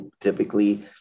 typically